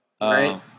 Right